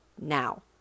now